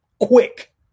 Quick